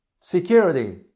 security